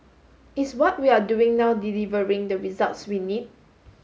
is what we are doing now delivering the results we need